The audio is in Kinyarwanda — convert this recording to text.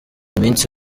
iminsi